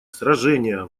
сражения